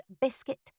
biscuit